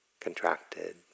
contracted